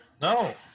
No